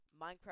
Minecraft